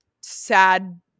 sad –